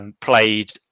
played